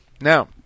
Now